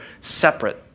separate